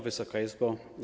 Wysoka Izbo!